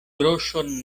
groŝon